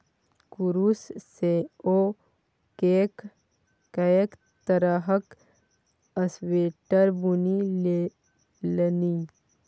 कुरूश सँ ओ कैक तरहक स्वेटर बुनि लेलनि